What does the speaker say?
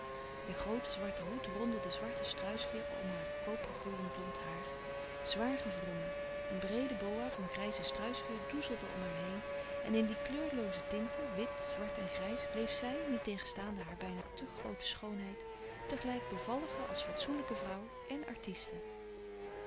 de groote zwarte hoed rondde de zwarte struisveêr om haar kopergloeiend blond haar zwaar gewrongen een breede boa van grijze struisveêr doezelde om haar heen en in die kleurlooze tinten wit zwart en grijs bleef zij niettegenstaande hare bijna te groote schoonheid tegelijk bevallige als fatsoenlijke vrouw en artiste